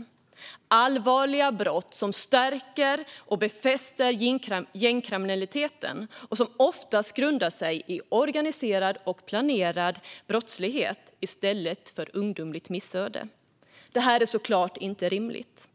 Detta handlar om allvarliga brott som stärker och befäster gängkriminaliteten och som oftast grundar sig i organiserad och planerad brottslighet i stället för i ungdomliga missöden. Det här är såklart inte rimligt.